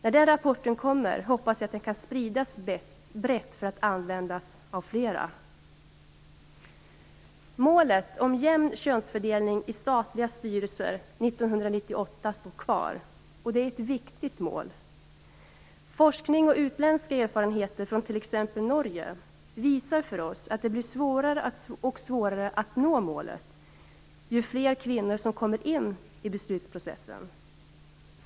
När rapporten om detta projekt kommer hoppas jag att den kan spridas brett för att användas av flera. 1998, står kvar, och det är ett viktigt mål. Forskning och utländska erfarenheter från t.ex. Norge visar för oss att det blir svårare och svårare att nå målet ju fler kvinnor som kommer in i beslutsprocessen.